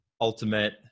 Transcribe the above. ultimate